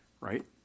Right